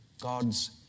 God's